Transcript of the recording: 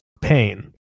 pain